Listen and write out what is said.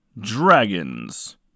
Dragons